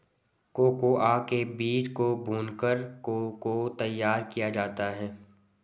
cocoa के बीज को भूनकर को को तैयार किया जाता है